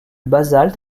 basalte